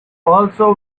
also